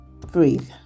breathe